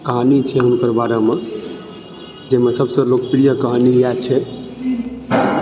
कहानी छै हुनकर बारेमे जाहिमे सबसँ लोकप्रिय कहानी इएह छै